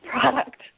product